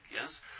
yes